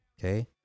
Okay